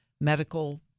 Medical